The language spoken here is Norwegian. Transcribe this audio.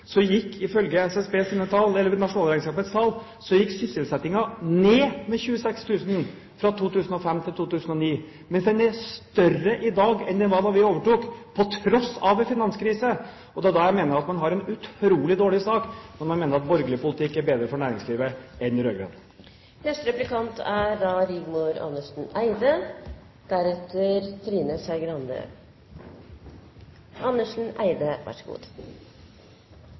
gikk, ifølge nasjonalregnskapets tall, sysselsettingen ned med 26 000 fra 2005 til 2009, mens den er større i dag enn den var da vi overtok, til tross for en finanskrise. Det er da jeg mener at man har en utrolig dårlig sak når man mener at borgerlig politikk er bedre for næringslivet enn rød-grønn. : Statsråden har et konstitusjonelt ansvar både for det han gjør, og ikke minst for det han ikke gjør. I dag er